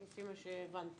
לפי מה שהבנתי.